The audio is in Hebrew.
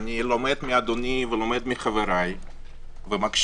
ואני לומד מאדוני ולומד מחבריי ומקשיב,